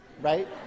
Right